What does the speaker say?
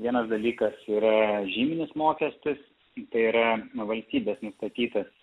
vienas dalykas yra žyminis mokestis tai yra valstybės nustatytas